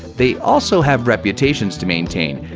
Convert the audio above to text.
they also have reputations to maintain,